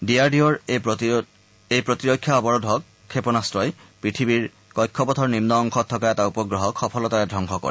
D R D O এই প্ৰতিৰক্ষা অৱৰোধক ক্ষেপণাস্ত্ৰই পৃথিৱীৰ কক্ষপথৰ নিন্ন অংশত থকা এটা উপগ্ৰহক সফলতাৰে ধবংস কৰে